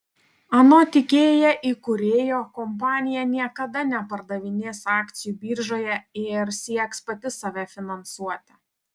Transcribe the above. anot ikea įkūrėjo kompanija niekada nepardavinės akcijų biržoje ir sieks pati save finansuoti